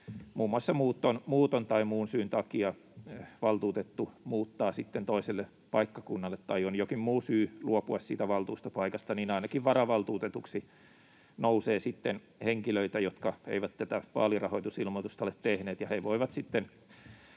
muuton tai muun syyn takia valtuutettu muuttaa toiselle paikkakunnalle tai on jokin muu syy luopua siitä valtuustopaikasta ja ainakin varavaltuutetuksi nousee sitten henkilöitä, jotka eivät tätä vaalirahoitusilmoitusta ole tehneet,